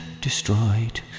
destroyed